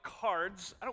cards